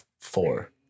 four